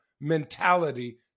mentality